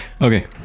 okay